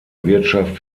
wirtschaft